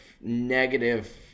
negative